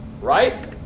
Right